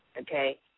okay